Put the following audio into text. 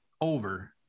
over